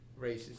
racist